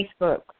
Facebook